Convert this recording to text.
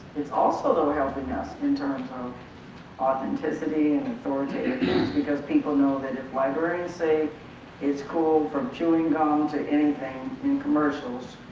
it's also, though, helping us in terms of authenticity and authoritative things because people know that if librarians say it's called from chewing gum to anything in commercials,